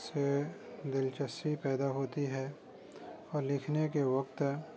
سے دلچسپی پیدا ہوتی ہے اور لکھنے کے وقت